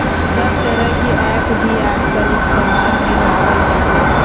सब तरह के ऐप भी आजकल इस्तेमाल में लावल जाहई